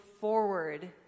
forward